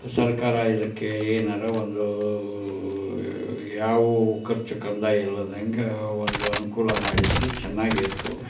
ಸರ್ಕಾರ ಇದಕ್ಕೆ ಏನಾರು ಒಂದು ಯಾವು ಖರ್ಚು ಕಂದಾಯ ಇಲ್ಲದಂತೆ ಒಂದು ಅನುಕೂಲ ಮಾಡಿದರೆ ಚೆನ್ನಾಗಿತ್ತು